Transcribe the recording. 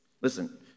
Listen